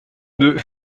deux